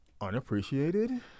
Unappreciated